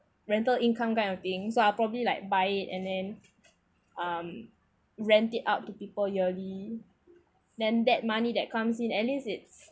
rental income kind of things so I probably like buy it and then um rent it out to people yearly then that money that comes in at least it's